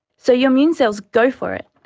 so your immune cells go for it.